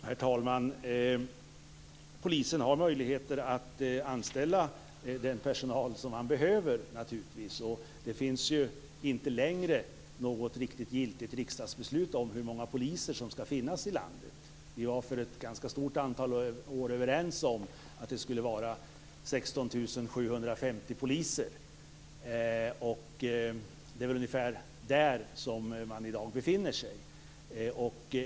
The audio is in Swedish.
Herr talman! Polisen har möjligheter att anställa den personal som man behöver, naturligtvis. Det finns ju inte längre något riktigt giltigt riksdagsbeslut om hur många poliser som skall finnas i landet. Vi var för ett ganska stort antal år sedan överens om att det skulle vara 16 750 poliser. Det är väl ungefär det antal poliser som finns i dag.